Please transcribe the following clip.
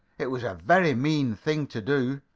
it was a very mean thing to do!